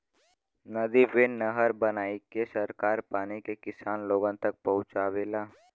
नदी पे नहर बनाईके सरकार पानी के किसान लोगन तक पहुंचावेला